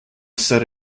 set